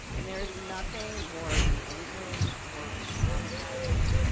and there's nothing more re-injuring, more re-traumatizing,